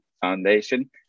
foundation